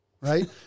Right